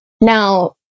Now